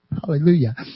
Hallelujah